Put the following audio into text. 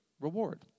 reward